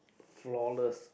flawless